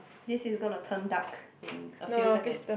this is gonna turn dark in a few seconds